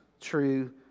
true